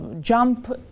jump